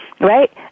right